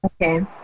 okay